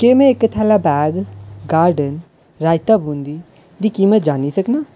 क्या में इक थैला बैग गार्डन रायता बूंदी दी कीमत जानी सकनां